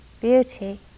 beauty